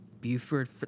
Buford